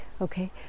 Okay